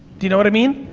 do you know what i mean?